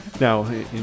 now